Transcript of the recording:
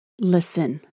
listen